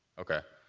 okay.